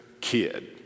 kid